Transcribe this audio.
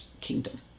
kingdom